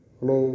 Hello